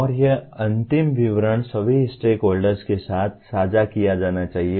और ये अंतिम विवरण सभी स्टेकहोल्डर्स के साथ साझा किया जाना चाहिए